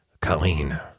Colleen